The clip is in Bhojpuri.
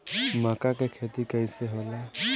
मका के खेती कइसे होला?